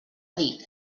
dir